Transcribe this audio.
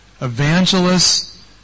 evangelists